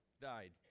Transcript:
died